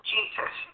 Jesus